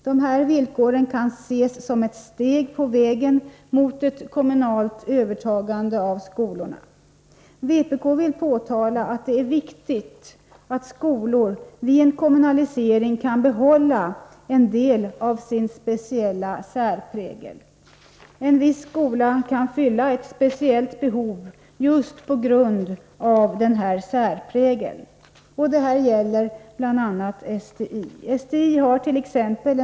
Dessa villkor kan ses som ett steg på vägen mot ett kommunalt övertagande av skolorna. Vpk vill påtala att det är viktigt att skolor vid en kommunalisering kan behålla en del av sin speciella särprägel. En viss skola kan fylla ett speciellt behov just på grund av denna särprägel. Detta gäller bl.a. STI. STI hart.ex.